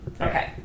Okay